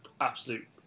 absolute